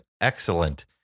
excellent